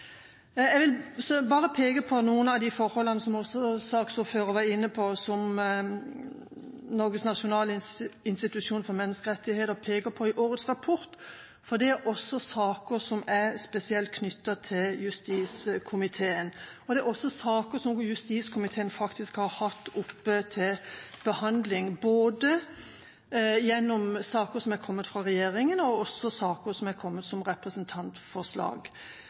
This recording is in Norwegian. Jeg vil bare peke på noen av de forholdene som også saksordføreren var inne på, som Norges nasjonale institusjon for menneskerettigheter peker på i årets rapport, for det er saker som er spesielt knyttet til justiskomiteen. Det er også saker som justiskomiteen faktisk har hatt oppe til behandling, både saker som har kommet fra regjeringa, og også saker som er kommet som representantforslag.